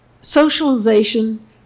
socialization